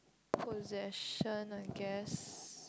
possession I guess